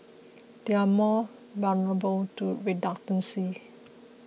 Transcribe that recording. they are more vulnerable to redundancy